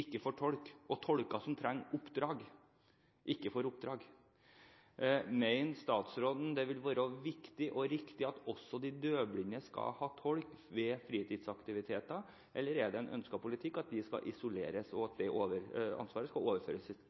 får ikke tolk, og tolker som trenger oppdrag, får ikke oppdrag. Mener statsråden at det ville være viktig og riktig at også de døvblinde skal ha tolk ved fritidsaktiviteter, eller er det en ønsket politikk at de skal isoleres, og at det ansvaret i sin helhet skal overføres